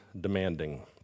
demanding